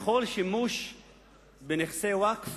של כל שימוש בנכסי ווקף